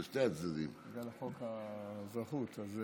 בגלל חוק האזרחות.